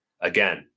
Again